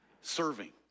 Serving